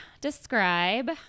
describe